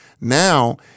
Now